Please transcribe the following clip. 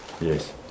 Yes